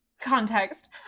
context